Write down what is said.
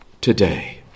today